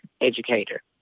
educator